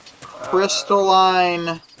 crystalline